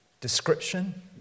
Description